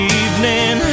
evening